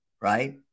right